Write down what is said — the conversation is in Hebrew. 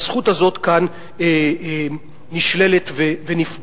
והזכות הזאת כאן נשללת ונפגעת.